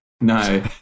No